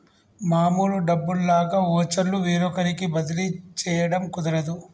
మామూలు డబ్బుల్లాగా వోచర్లు వేరొకరికి బదిలీ చేయడం కుదరదు